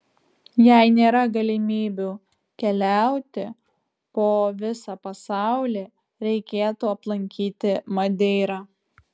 jei nėra galimybių keliauti po visą pasaulį reikėtų aplankyti madeirą